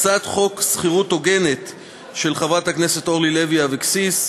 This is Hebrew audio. הצעת חוק שכירות הוגנת (הוראת שעה ותיקוני חקיקה),